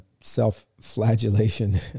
self-flagellation